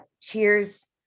cheers